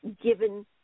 given